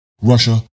Russia